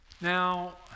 Now